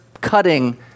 cutting